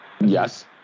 Yes